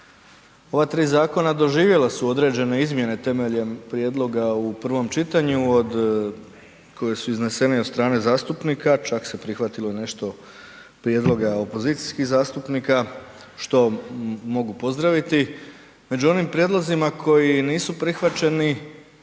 Ova tri zakona doživjela su određene izmjene temeljem prijedloga u prvome čitanju od koje su iznesene i od strane zastupnika, čak se prihvatilo i nešto prijedloga opozicijskih zastupnika, što mogu pozdraviti. Među onim prijedlozima koji nisu prihvaćeni,